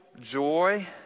joy